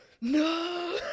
No